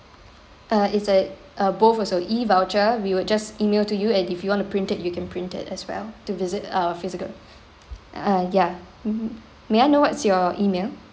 uh is like uh both also E-voucher we would just email to you and if you want to print it you can print it as well to visit uh physical uh ya mmhmm may I know what's your email